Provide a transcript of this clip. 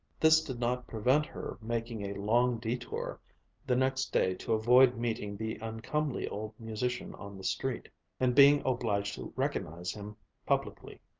this did not prevent her making a long detour the next day to avoid meeting the uncomely old musician on the street and being obliged to recognize him publicly.